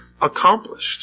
accomplished